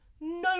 no